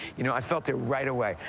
you know, i felt it right away.